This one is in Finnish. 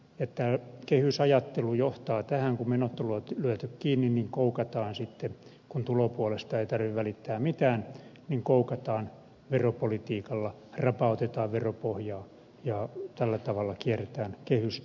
tämä kehysajattelu johtaa tähän kun menot on lyöty kiinni että koukataan sitten kun tulopuolesta ei tarvitse välittää mitään veropolitiikalla rapautetaan veropohjaa ja tällä tavalla kierretään kehystä